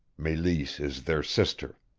meleese is their sister.